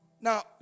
Now